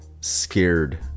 scared